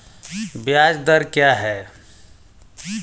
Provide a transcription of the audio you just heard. ब्याज दर क्या है?